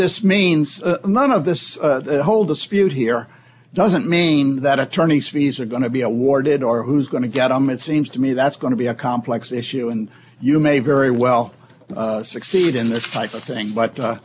this means none of this whole dispute here doesn't mean that attorneys fees are going to be awarded or who's going to get them it seems to me that's going to be a complex issue and you may very well succeed in this type of thing but